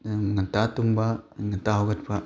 ꯉꯟꯇꯥ ꯇꯨꯝꯕ ꯉꯟꯇꯥ ꯍꯧꯒꯠꯄ